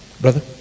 brother